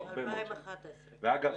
ואגב,